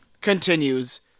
continues